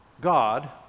God